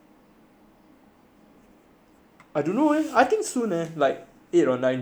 I don't know eh I think soon eh like eight or nine june which is like today or tomorrow